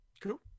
Cool